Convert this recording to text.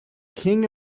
king